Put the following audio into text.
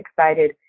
excited